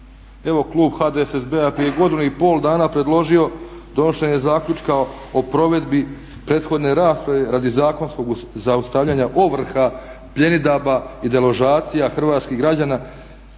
Evo klub HDSSB-a prije godinu i pol dana je predložio donošenje zaključka o provedbi prethodne rasprave radi zakonskog zaustavljanja ovrha, pljenidbi i deložacija hrvatskih građana